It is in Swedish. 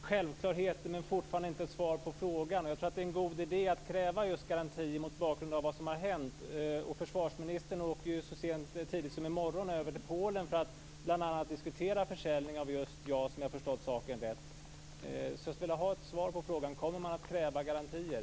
Fru talman! Vice statsministern kommer med självklarheter, men fortfarande inte med något svar på frågan. Jag tror att det är en god idé att kräva just garantier mot bakgrund av vad som har hänt. Försvarsministern åker ju så snart som i morgon över till Polen för att bl.a. diskutera försäljning av just JAS om jag har förstått saken rätt. Jag skulle alltså vilja ha ett svar på frågan: Kommer man att kräva garantier?